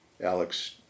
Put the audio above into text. Alex